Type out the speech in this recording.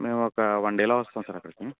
మేము ఒక వన్ డేలో వస్తాం సార్ అక్కడికి